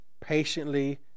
patiently